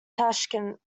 tashkent